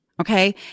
Okay